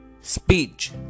speech